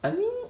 I mean